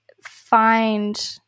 find